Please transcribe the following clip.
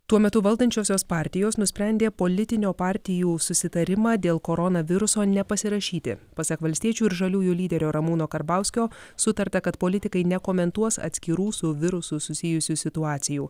tuo metu valdančiosios partijos nusprendė politinio partijų susitarimą dėl koronaviruso nepasirašyti pasak valstiečių ir žaliųjų lyderio ramūno karbauskio sutarta kad politikai nekomentuos atskirų su virusu susijusių situacijų